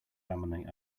laminate